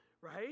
right